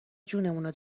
جونمون